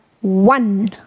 one